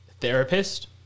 therapist